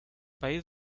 país